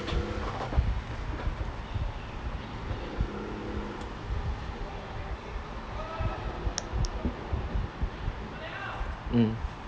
mm